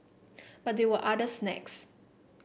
but there were other snags